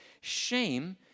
Shame